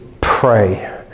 pray